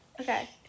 Okay